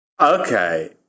Okay